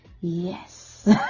Yes